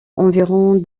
environ